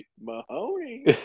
Mahoney